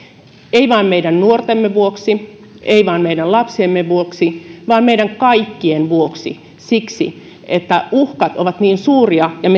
ei vain meidän nuortemme vuoksi ei vain meidän lapsiemme vuoksi vaan meidän kaikkien vuoksi siksi että uhkat ovat niin suuria ja